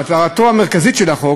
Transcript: מטרתו המרכזית של החוק,